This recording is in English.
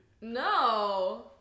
No